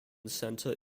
center